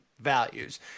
values